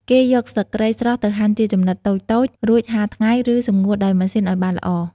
គេយកស្លឹកគ្រៃស្រស់ទៅហាន់ជាចំណិតតូចៗ រួចហាលថ្ងៃ ឬសម្ងួតដោយម៉ាស៊ីនឲ្យបានល្អ។